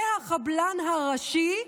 זה "החבלן הראשי"